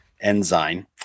Enzyme